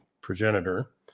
progenitor